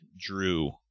Drew